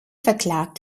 verklagt